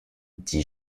dit